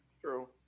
True